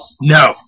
No